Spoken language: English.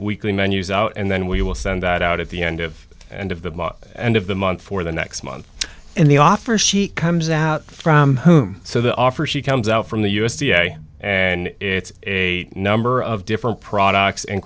weekly menus out and then we will send that out at the end of and of the month and of the month for the next month and the offer she comes out from whom so the offer she comes out from the u s d a and it's a number of different products and